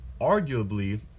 arguably